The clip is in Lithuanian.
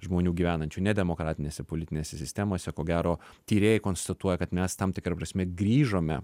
žmonių gyvenančių ne demokratinėse politinėse sistemose ko gero tyrėjai konstatuoja kad mes tam tikra prasme grįžome